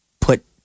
put